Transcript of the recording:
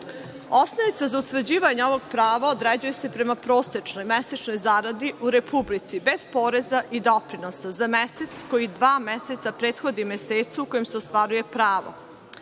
prava. Osnovica za utvrđivanje ovog prava određuje se prema prosečnoj mesečnoj zaradi u Republici, bez poreza i doprinosa, za mesec koji dva meseca prethodi mesecu u kojem se ostvaruje pravo.